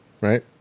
right